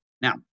Now